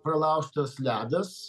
pralaužtas ledas